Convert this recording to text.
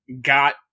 got